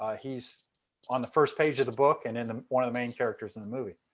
ah he's on the first page of the book and and um one of the main characters in the movie.